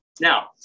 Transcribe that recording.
Now